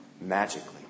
magically